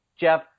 Jeff